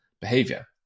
behavior